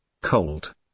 cold